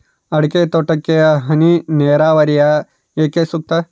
ಅಡಿಕೆ ತೋಟಕ್ಕೆ ಹನಿ ನೇರಾವರಿಯೇ ಏಕೆ ಸೂಕ್ತ?